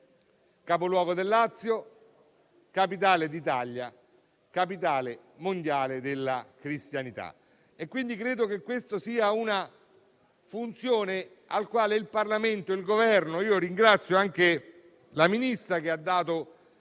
capoluogo del Lazio, capitale d'Italia, capitale mondiale della cristianità.